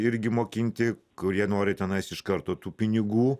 irgi mokinti kurie nori tenais iš karto tų pinigų